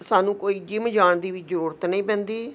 ਸਾਨੂੰ ਕੋਈ ਜਿੰਮ ਜਾਣ ਦੀ ਵੀ ਜ਼ਰੂਰਤ ਨਹੀਂ ਪੈਂਦੀ